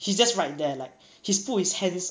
she just right there like he's put his hands